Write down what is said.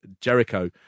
Jericho